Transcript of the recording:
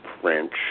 French